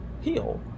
heal